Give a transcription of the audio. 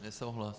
Nesouhlas.